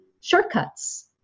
shortcuts